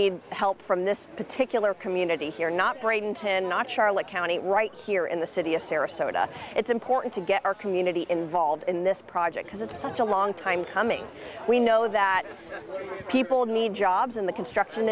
need help from this particular community here not break into not charlotte county right here in the city a sarasota it's important to get our community involved in this project because it's such a long time coming we know that people need jobs in the construction